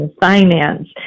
finance